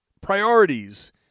priorities